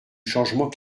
changement